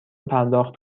پرداخت